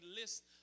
list